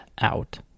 out